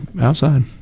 outside